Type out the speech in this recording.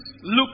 look